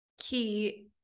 key